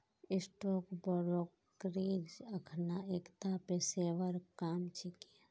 stock brokerage अखना एकता पेशेवर काम छिके